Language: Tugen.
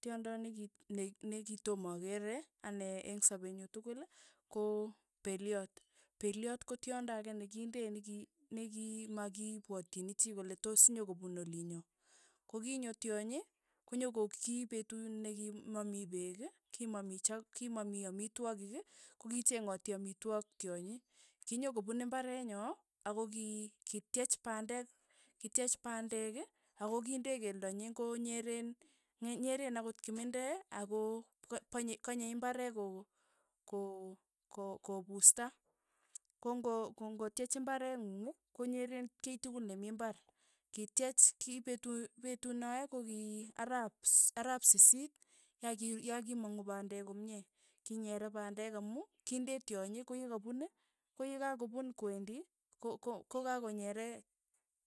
Tyondo neki nek- nekitoma akere ane eng' sapeenyu tukul ko peliot, peliot ko tyondo ake nekindet neki nekiimakipwatchini chii kole tos nyokopun olinyoo, kokinyo tyonyi konyoko ki petut nekimamii peek, kimami chak kimamii amitwogik, kokicheng'ati amitwogik tyonyi, kichokopun imbarenyo ako ki kityech pandek kityech pandek ako kindee keldo nyi, ko nyereen nyereen akot kiminde, ako ka panye kanye imbaret ko- ko- kopusta, ko ng'o ko ng'o tyech imbare ng'ung, ko nyere kei tukul ne mi imbar, kityech kipetu petuu noe koki arap araap siit, ya ki ya kimang'u pandek komye, kinyeree pandek amu kindet tyonyi, koyekapun koyekakopun kwendi, ko- ko- kokakonyere